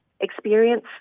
experience